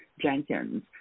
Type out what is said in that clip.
Jenkins